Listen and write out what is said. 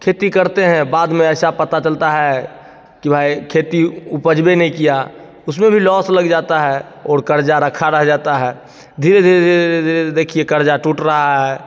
खेती करते हैं बाद में ऐसा पता चलता है कि भाई खेती उपज भी नहीं किया उसमें भी लॉस लग जाता है ओर क़र्ज़ा रखा रह जाता है धीरे धीरे धीरे धीरे धीरे धीरे देखिए क़र्ज़ा टूट रहा है